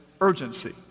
urgency